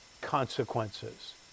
consequences